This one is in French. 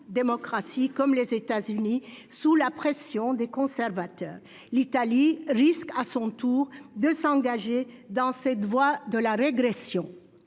démocratie, les États-Unis, sous la pression des conservateurs. L'Italie risque à son tour de s'engager dans cette voie de la régression.